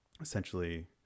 essentially